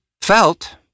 felt